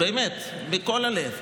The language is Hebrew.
באמת מכל הלב,